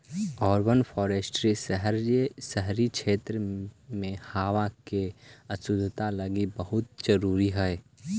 urban forestry शहरी क्षेत्रों में हावा के शुद्धता लागी बहुत जरूरी हई